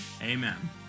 Amen